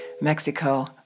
Mexico